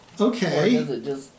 Okay